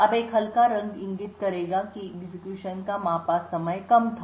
अब एक हल्का रंग इंगित करेगा कि एग्जीक्यूशन का मापा समय कम था